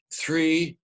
Three